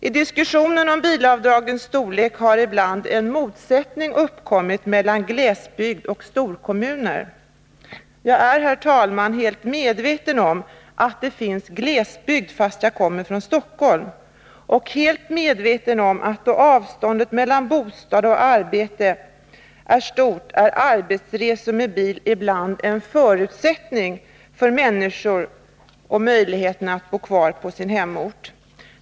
I diskussionen om bilavdragens storlek har ibland en motsättning uppkommit mellan glesbygd och storstäder. Jag är, herr talman, helt medveten om att det finns glesbygd, fast jag kommer från Stockholm, och jag inser också att då avståndet mellan storstad och arbete är stort är arbetsresor med bil ibland en förutsättning för människors möjligheter att bo kvar på sin hemort.